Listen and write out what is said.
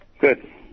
Good